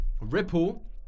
ripple